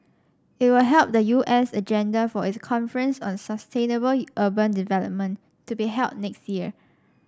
it will help the U S agenda for its conference on sustainable urban development to be held next year